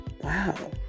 wow